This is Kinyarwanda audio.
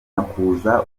makuza